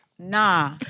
Nah